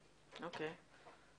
אוקיי.